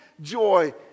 joy